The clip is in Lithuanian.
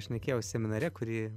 šnekėjau seminare kurį